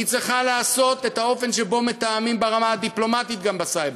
היא צריכה לקבוע את האופן שבו מתאמים ברמה הדיפלומטית גם בסייבר.